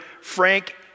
Frank